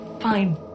Fine